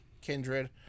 Kindred